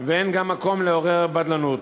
ואין גם מקום לעורר בדלנות.